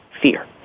fear